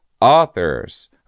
authors